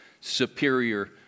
superior